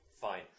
Fine